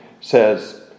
says